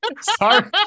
Sorry